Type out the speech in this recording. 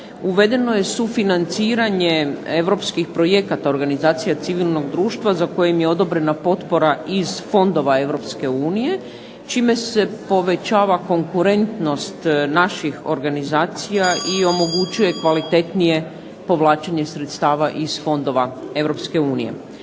Uvedeno je sufinanciranje europskih projekata organizacija civilnog društva za kojim je odobrena potpora iz fondova Europske unije čime se povećava konkurentnost naših organizacija i omogućuje kvalitetnije povlačenje sredstava iz fondova Europske unije.